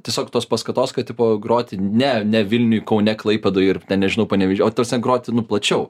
tiesiog tos paskatos kad tipo groti ne ne vilniuj kaune klaipėdoj ir ten nežinau paneveži o tas en groti nu plačiau